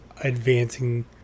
advancing